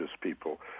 people